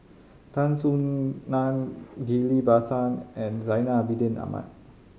Tan Soo Nan Ghillie Basan and Zainal Abidin Ahmad